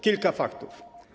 Kilka faktów.